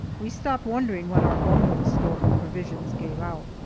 we stopped wondering when our own little store of provisions gave out.